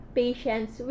patients